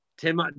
Tim